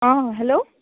অঁ হেল্ল'